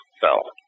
fell